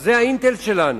אז זה ה"אינטל" שלנו.